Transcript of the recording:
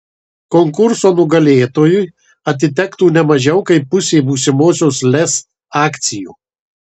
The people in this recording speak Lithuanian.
konkurso nugalėtojui atitektų ne mažiau kaip pusė būsimosios lez akcijų